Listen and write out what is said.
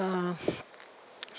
uh